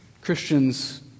Christians